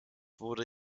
wurde